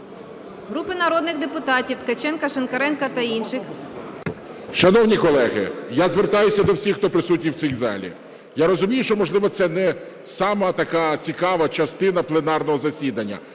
Групи народних депутатів (Ткаченка, Шинкаренка та інших...)